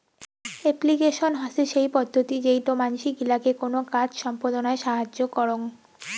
application হসে সেই পদ্ধতি যেইটো মানসি গিলাকে কোনো কাজ সম্পদনায় সাহায্য করং